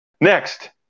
Next